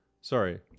Sorry